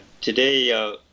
Today